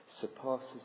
surpasses